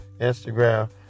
Instagram